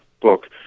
book